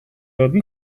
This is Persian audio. آبی